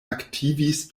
aktivis